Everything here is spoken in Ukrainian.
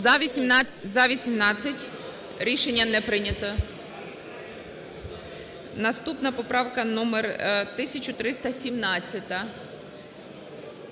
За-18 Рішення не прийняте. Наступна поправка номер 1317.